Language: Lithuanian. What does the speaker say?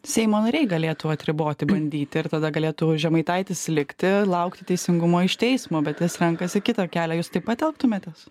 seimo nariai galėtų atriboti bandyti ir tada galėtų žemaitaitis likti laukti teisingumo iš teismo bet jis renkasi kitą kelią jūs taip pat elgtumėtės